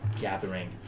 gathering